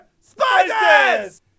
spices